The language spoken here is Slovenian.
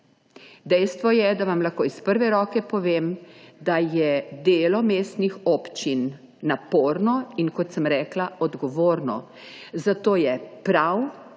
Dejstvo je, da vam lahko iz prve roke povem, da je delo mestnih občin naporno, in kot sem rekla, odgovorno. Zato je prav,